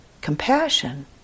Compassion